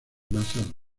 masas